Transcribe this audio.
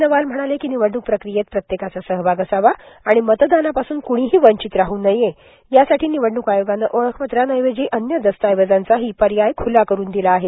नवाल म्हणाले की निवडणूक प्रक्रियेत प्रत्येकाचा सहभाग असावा आणि मतदानापासून क्णीही वंचित राह नये यासाठी निवडणूक आयोगाने ओळखपत्राऐवजी अन्य दस्तऐवजाचाही पर्याय खुला करून दिला आहे